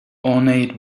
ornate